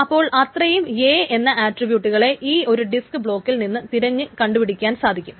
അപ്പോൾ അത്രയും A യെന്ന ആട്രിബ്യൂട്ടുകളെ ഈ ഒരു ഡിസ്ക് ബ്ലോക്കിൽ നിന്ന് തിരഞ്ഞു കണ്ടുപിടിക്കാൻ സാധിക്കും